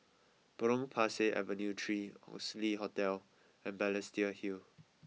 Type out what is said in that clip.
Potong Pasir Avenue three Oxley Hotel and Balestier Hill